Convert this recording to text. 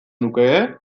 nuke